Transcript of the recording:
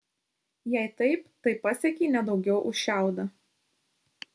jei taip tai pasiekei ne daugiau už šiaudą